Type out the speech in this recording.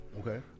Okay